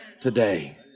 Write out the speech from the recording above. today